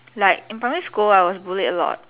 like in primary school I was bullied a lot